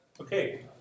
okay